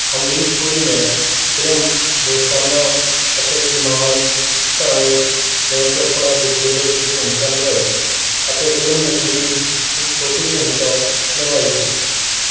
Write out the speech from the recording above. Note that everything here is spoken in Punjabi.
ਅਮਰੀਸ਼ ਪੁਰੀ ਨੇ ਫ਼ਿਲਮ ਦੋਸਤਾਨਾ ਅਤੇ ਇਮਾਨ ਧਰਮ ਵਿੱਚ ਪ੍ਰੇਮ ਚੋਪੜਾ ਦੇ ਚੇਲੇ ਦੀ ਭੂਮਿਕਾ ਨਿਭਾਈ ਅਤੇ ਫ਼ਿਲਮ ਨਸੀਬ ਵਿੱਚ ਇੱਕ ਛੋਟੀ ਭੂਮਿਕਾ ਨਿਭਾਈ ਸੀ